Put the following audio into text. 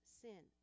sin